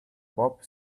pop